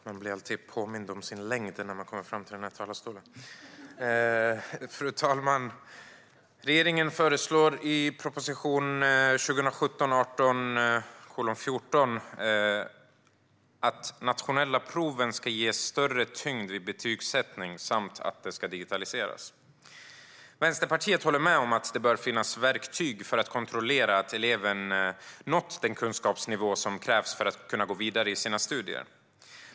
Fru talman! Regeringen föreslår i proposition 2017/18:14 att de nationella proven ska ges större tyngd vid betygssättning samt att de ska digitaliseras. Vänsterpartiet håller med om att det bör finnas verktyg för att kontrollera att eleven nått den kunskapsnivå som krävs för att kunna gå vidare i sina studier.